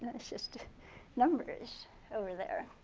that's just numbers over there.